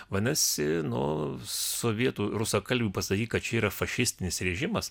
vadinasi nu sovietui rusakalbiui pasakyk kad čia yra fašistinis režimas